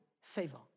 favor